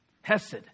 Hesed